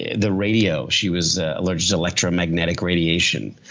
the radio. she was allergic to electromagnetic radiation.